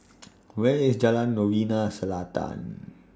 Where IS Jalan Novena Selatan